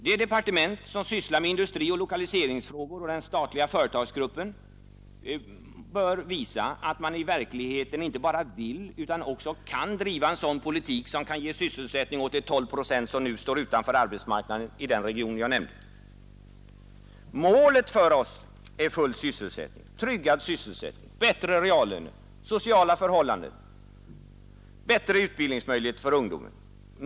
De departement som sysslar med industrioch lokaliseringsfrågorna och den statliga företagsgruppen bör visa att man i verkligheten inte bara vill utan också kan driva en sådan politik att vi kan ge sysselsättning åt de 12 procent som står utanför arbetsmarknaden i den region jag nämnt. Målet är nu för oss full och tryggad sysselsättning, bättre reallöner och sociala förhållanden samt bättre utbildningsmöjligheter för ungdomen.